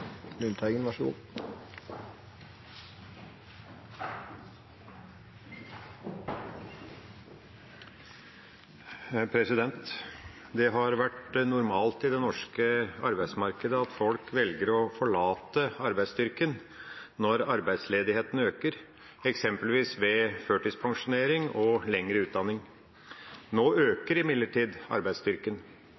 har vært normalt i det norske arbeidsmarkedet at folk velger å forlate arbeidsstyrken når arbeidsledigheten øker, eksempelvis ved førtidspensjonering og lengre utdanning. Nå